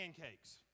pancakes